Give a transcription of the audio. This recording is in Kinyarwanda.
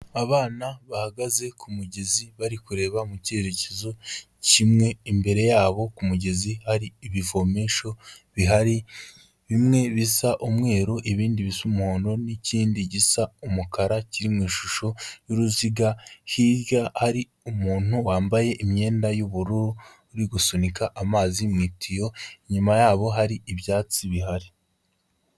Abana bahagaze kumugezi bari kureba mu cyerekezo kimwe, imbere yabo ku mugezi hari ibivomesho bihari, bimwe bisa umweru ibindi bisa umudo, n'kindi gisa umukara kiri mu ishusho y'uruziga, hirya hari umuntu wambaye imyenda y'ubururu, uri gusunika amazi mu itiyo, inyuma yabo hari ibyatsi bihari.